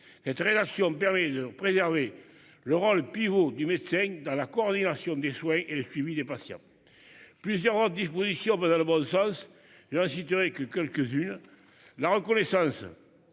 Cette relation permet de préserver le rôle pivot du médecin dans la coordination des soins et le suivi des patients. Plusieurs dispositions va dans le bon sens j'citerai que quelques-unes. La reconnaissance.